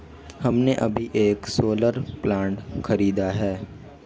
हमने अभी एक सोलर प्लांट खरीदा है